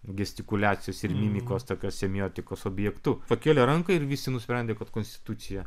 gestikuliacijos ir mimiko tokios semiotikos objektu pakėlė ranką ir visi nusprendė kad konstitucija